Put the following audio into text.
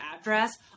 address